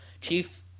chief